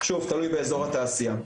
שוב תלוי באזור התעשייה.